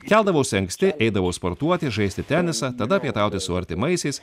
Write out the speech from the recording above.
keldavausi anksti eidavau sportuoti žaisti tenisą tada pietauti su artimaisiais